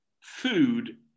food